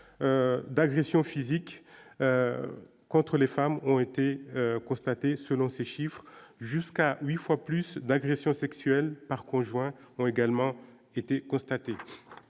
d'agressions physiques contre les femmes ont été constatés, selon ces chiffres jusqu'à 8 fois plus d'agressions sexuelles par conjoint ont également été constatés